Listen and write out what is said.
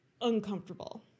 uncomfortable